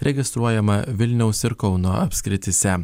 registruojama vilniaus ir kauno apskrityse